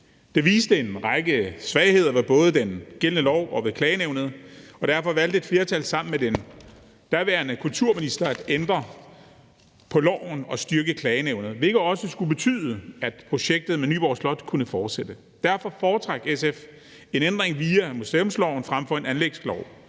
Det viste en række svagheder ved både den gældende lov og ved Klagenævnet, og derfor valgte et flertal sammen med den daværende kulturminister at ændre på loven og styrke Klagenævnet, hvilket også skulle betyde, at projektet med Nyborg Slot kunne fortsætte. Derfor foretrak SF en ændring via museumsloven frem for en anlægslov,